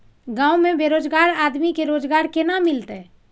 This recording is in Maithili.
गांव में बेरोजगार आदमी के रोजगार केना मिलते?